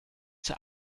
zur